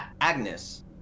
Agnes